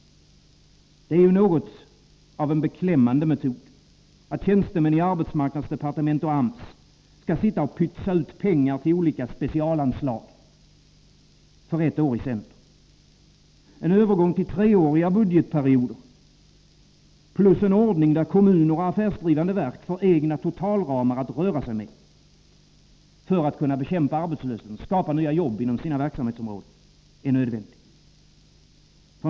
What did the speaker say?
Det är ju smått beklämmande att tjänstemän i arbetsmarknadsdepartementet och på AMS skall sitta och ”pytsa ut” pengar till olika specialanslag för ett år i sänder. En övergång till treåriga budgetperioder och en ordning där kommuner och affärsdrivande verk får egna totalramar att röra sig med för att bekämpa arbetslösheten och skapa nya jobb inom sina verksamhetsområden är nödvändig.